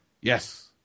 Yes